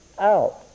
out